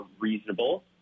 reasonable